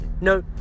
no